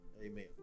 amen